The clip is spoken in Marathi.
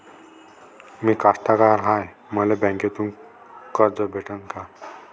मी कास्तकार हाय, मले बँकेतून कर्ज भेटन का?